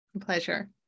Pleasure